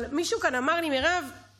אבל מישהו כאן אמר לי: מירב,